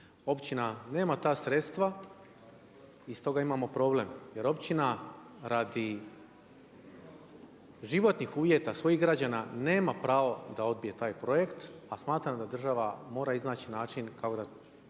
Općina nema ta sredstva i stoga imamo problem jer općina radi životnih uvjeta svojih građana nema pravo da odbije taj projekt, a smatram da država mora iznaći način kako da